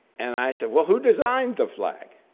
and i said, well who designed the flag?